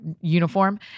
uniform